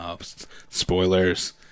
Spoilers